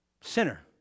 sinner